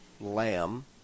lamb